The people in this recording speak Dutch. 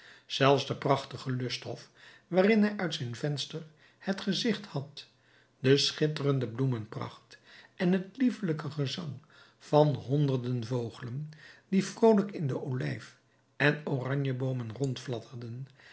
zelfs de prachtige lusthof waarin hij uit zijn venster het gezigt had de schitterende bloemenpracht en het liefelijk gezang van honderden vogelen die vrolijk in de olijf en oranjeboomen